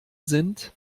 sind